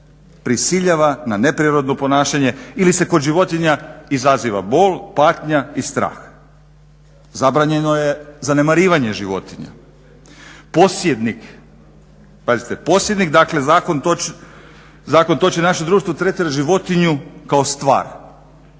prisiljava na neprirodno ponašanje ili se kod životinja izaziva bol, patnja i strah. Zabranjeno je zanemarivanje životinja. Posjednik, pazite posjednik dakle zakon to će naše društvo tretira životinju kao stvar,